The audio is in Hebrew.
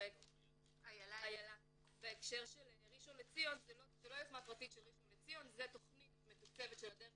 עיריית ראשון לציון ביקשה להתמודד עם אלימות